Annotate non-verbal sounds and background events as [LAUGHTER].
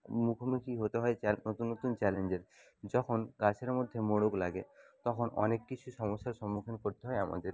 মুখোমুখি হতে হয় [UNINTELLIGIBLE] নতুন নতুন চ্যালেঞ্জের যখন গাছের মধ্যে মোড়ক লাগে তখন অনেক কিছু সমস্যার সম্মুখীন করতে হয় আমাদের